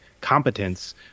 competence